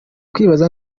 kwibaza